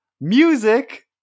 Music